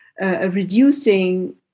reducing